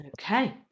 Okay